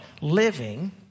living